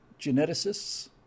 geneticists